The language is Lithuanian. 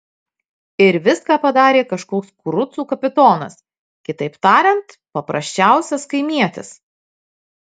ir viską padarė kažkoks kurucų kapitonas kitaip tariant paprasčiausias kaimietis